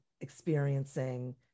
experiencing